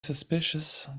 suspicious